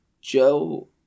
Joe